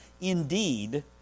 Indeed